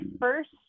first